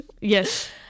yes